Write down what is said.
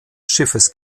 schiffes